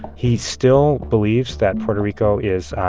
he still believes that puerto rico is,